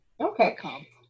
Okay